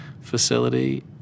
facility